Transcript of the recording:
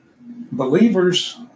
believers